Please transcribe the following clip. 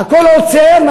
הכול עוצר,